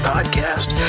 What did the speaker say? Podcast